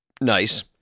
Nice